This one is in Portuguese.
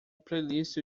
playlist